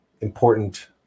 important